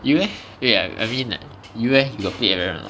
you leh play what I mean like you leh you got play aran a not